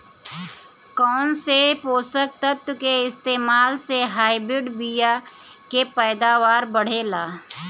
कौन से पोषक तत्व के इस्तेमाल से हाइब्रिड बीया के पैदावार बढ़ेला?